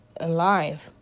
alive